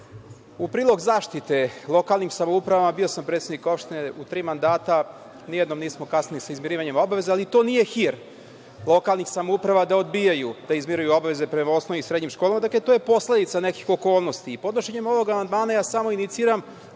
u prilog zaštite lokalnim samoupravama, bio sam predsednik opštine u tri mandata, ni jednom nismo kasnili sa izmirivanjem obaveza, ali to nije hir lokalnih samouprava da odbijaju da izmiruju obaveze prema osnovnim i srednjim školama, dakle, to je posledica nekih okolnosti. Podnošenjem ovog amandmana samo iniciram